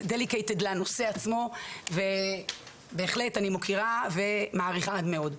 את Dedicated לנושא עצמו ובהחלט אני מוקירה ומעריכה עד מאוד.